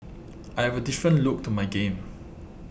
I have a different look to my game